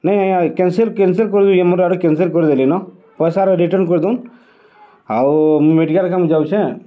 ନାଇଁ ଆଜ୍ଞା cancel cancel କରିଦଉନ୍ ଏ ମୋର୍ ଆଡ଼ୁ କେନ୍ସେଲ୍ କରିଦେଲିନ ପଏସାଟା ରିଟର୍ଣ୍ଣ୍ କରିଦଉନ୍ ଆଉ ମୁଇଁ ମେଡ଼ିକାଲ୍ କାମେ ଯାଉଛେଁ